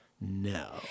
No